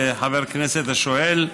חבר הכנסת השואל,